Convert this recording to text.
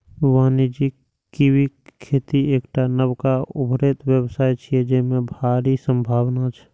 वाणिज्यिक कीवीक खेती एकटा नबका उभरैत व्यवसाय छियै, जेमे भारी संभावना छै